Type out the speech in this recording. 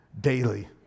daily